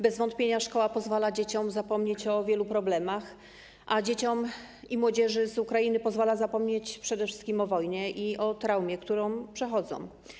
Bez wątpienia szkoła pozwala dzieciom zapomnieć o wielu problemach, a dzieciom i młodzieży z Ukrainy pozwala zapomnieć przede wszystkim o wojnie i o traumie, którą przechodzą.